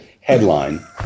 headline